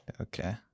Okay